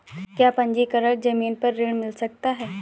क्या पंजीकरण ज़मीन पर ऋण मिल सकता है?